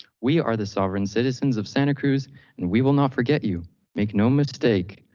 we are the sovereign citizens of santa cruz, and we will not forget you make no mistake.